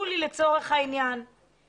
לצורך העניין נקרא לה ג'ולי.